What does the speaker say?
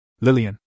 Lillian